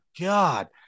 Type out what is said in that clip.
god